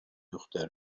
دختر